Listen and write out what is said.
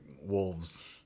wolves